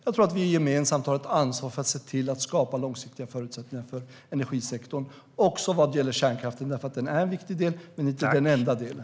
Jag tror att vi gemensamt har ett ansvar för att se till att skapa långsiktiga förutsättningar för energisektorn, också vad gäller kärnkraften. Den är en viktig del men inte den enda delen.